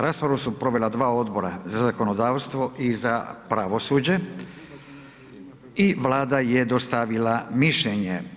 Raspravu su provela dva odbora, za zakonodavstvo i za pravosuđe i Vlada je dostavila Mišljenje.